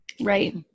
Right